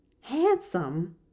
Handsome